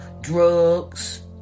Drugs